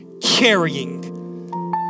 carrying